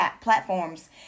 platforms